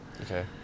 Okay